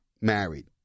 married